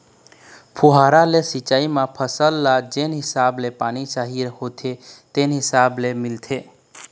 फुहारा ले सिंचई म फसल ल जेन हिसाब ले पानी चाही होथे तेने हिसाब ले मिलथे